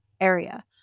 area